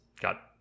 got